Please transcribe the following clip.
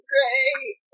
Great